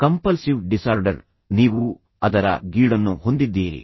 compulsive disorder ನೀವು ಅದರ ಗೀಳನ್ನು ಹೊಂದಿದ್ದೀರಿ